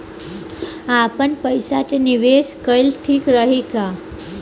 आपनपईसा के निवेस कईल ठीक रही का?